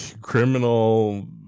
criminal